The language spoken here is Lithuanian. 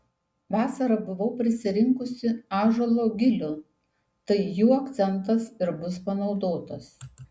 vasarą buvau prisirinkusi ąžuolo gilių tai jų akcentas ir bus panaudotas